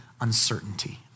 uncertainty